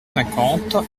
cinquante